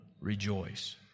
rejoice